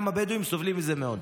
גם הבדואים סובלים מזה מאוד.